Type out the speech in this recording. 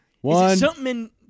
One